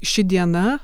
ši diena